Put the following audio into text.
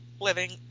living